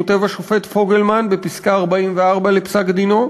כותב השופט פוגלמן בפסקה 44 בפסק-דינו,